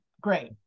great